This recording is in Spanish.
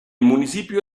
municipio